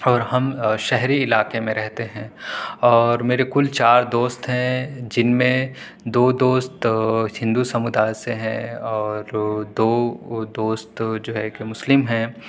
اور ہم شہری علاقے میں رہتے ہیں اور میرے کُل چار دوست ہیں جن میں دو دوست ہندو سمودائے سے ہیں اور دو دوست جو ہے کہ مسلم ہیں